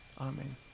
Amen